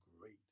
great